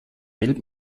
gelb